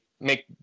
make